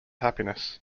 happiness